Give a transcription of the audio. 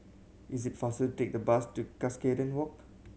is it faster take the bus to Cuscaden Walk